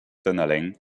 tunneling